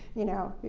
you know,